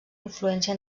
influència